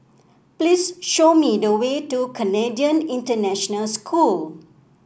please show me the way to Canadian International School